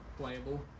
playable